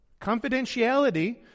Confidentiality